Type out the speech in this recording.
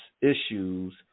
issues